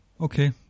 okay